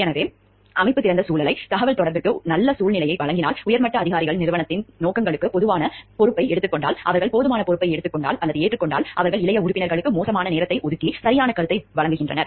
எனவே அமைப்பு திறந்த சூழலை தகவல்தொடர்புக்கு நல்ல சூழ்நிலையை வழங்கினால் உயர்மட்ட அதிகாரிகள் நிறுவனத்தின் நோக்கங்களுக்கு போதுமான பொறுப்பை எடுத்துக்கொண்டால் அவர்கள் போதுமான பொறுப்பை ஏற்றுக்கொண்டால் அவர்கள் இளைய உறுப்பினர்களுக்கு போதுமான நேரத்தை ஒதுக்கி சரியான கருத்தை வழங்குகிறார்கள்